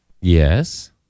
Yes